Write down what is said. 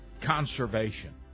conservation